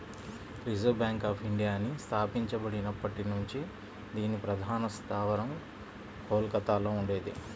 reserve bank of ఇండియాని స్థాపించబడినప్పటి నుంచి దీని ప్రధాన స్థావరం కోల్కతలో ఉండేది